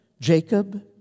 Jacob